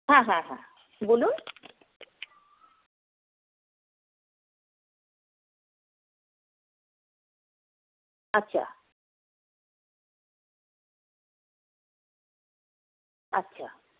হ্যাঁ হ্যাঁ হ্যাঁ বলুন আচ্ছা আচ্ছা